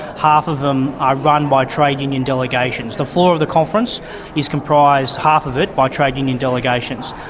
half of them are run by trade union delegations. the floor of the conference is comprised half of it by trade union delegations.